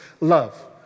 love